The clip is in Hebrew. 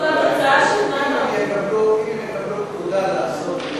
אם יקבלו פקודה לעשות,